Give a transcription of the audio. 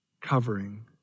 covering